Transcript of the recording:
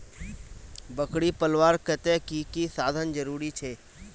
बकरी पलवार केते की की साधन जरूरी छे?